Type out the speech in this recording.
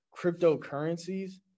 cryptocurrencies